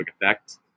effect